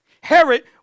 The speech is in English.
Herod